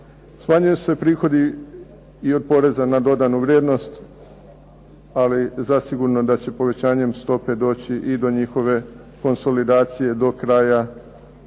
Smanjuju se prihodi i od poreza na dodanu vrijednost ali zasigurno da će povećanjem stope doći i do njihove konsolidacije do kraja